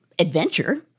adventure